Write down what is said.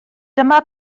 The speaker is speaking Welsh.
dyma